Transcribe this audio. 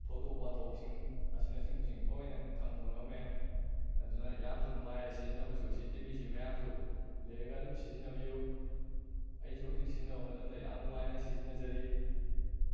ꯊꯧꯗꯣꯛ ꯋꯥꯊꯣꯛꯁꯤꯡ ꯑꯁꯤꯅ ꯆꯤꯡꯕꯁꯤꯡ ꯂꯣꯏꯅ ꯈꯪꯕ ꯉꯝꯃꯦ ꯑꯗꯨꯅ ꯌꯥꯝꯁꯨ ꯅꯨꯡꯉꯥꯏꯔꯦ ꯁꯤꯖꯤꯟꯅꯕꯁꯨ ꯁꯤ ꯇꯤ ꯕꯤ ꯑꯁꯤ ꯃꯌꯥꯝꯁꯨ ꯂꯩꯔꯒ ꯑꯗꯨꯝ ꯁꯤꯖꯤꯟꯅꯕꯤꯎ ꯑꯩꯁꯨ ꯍꯧꯖꯤꯛ ꯁꯤꯖꯤꯟꯅꯕ ꯃꯇꯝꯗ ꯌꯥꯝꯅ ꯅꯨꯡꯉꯥꯏꯅ ꯁꯤꯖꯤꯟꯅꯖꯔꯤ